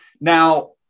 Now